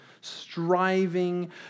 striving